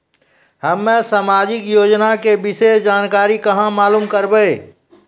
हम्मे समाजिक योजना के विशेष जानकारी कहाँ मालूम करबै?